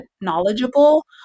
knowledgeable